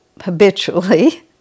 habitually